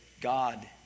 God